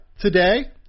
Today